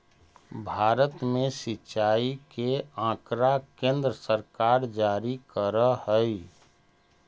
भारत में सिंचाई के आँकड़ा केन्द्र सरकार जारी करऽ हइ